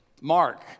Mark